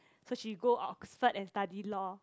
so she go Oxford and study law